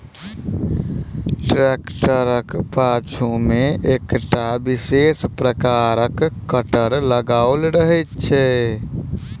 ट्रेक्टरक पाछू मे एकटा विशेष प्रकारक कटर लगाओल रहैत छै